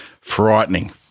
Frightening